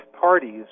parties